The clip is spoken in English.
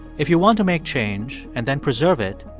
if you want to make change and then preserve it,